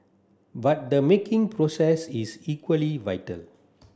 but the making process is equally vital